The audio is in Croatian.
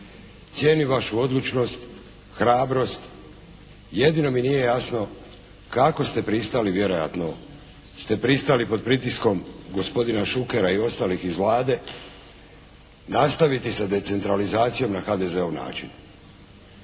Cijenim vašu odlučnost, hrabrost. Jedino mi nije jasno kako ste pristali, vjerojatno ste pristali pod pritiskom gospodina Šukera i ostalih iz Vlade nastaviti sa decentralizacijom na HDZ-ov način